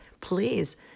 please